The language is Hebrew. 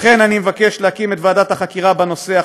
לכן אני מבקש להקים את ועדת החקירה בנושא.